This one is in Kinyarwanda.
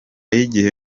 y’igihe